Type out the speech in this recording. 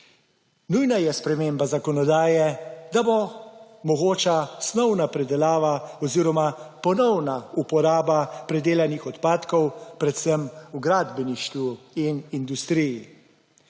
Nujna je sprememba zakonodaje, da bo mogoča snovna predelava oziroma ponovna uporaba predelanih odpadkov, predvsem v gradbeništvu in industriji.